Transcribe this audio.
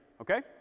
Okay